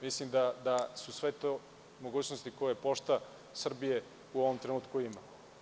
Mislim da su sve to mogućnosti koje „Pošta Srbije“ u ovom trenutku ima.